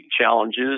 challenges